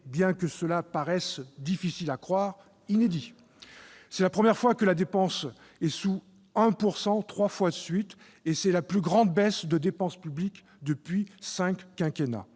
Bien que cela paraisse difficile à croire, un tel effort est inédit. C'est la première fois que la dépense est sous 1 % trois fois de suite et c'est la plus grande baisse de la dépense publique depuis cinq quinquennats.